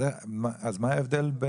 אז מה ההבדל?